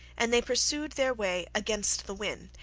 and they pursued their way against the wind,